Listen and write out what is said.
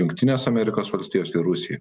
jungtinės amerikos valstijos ir rusija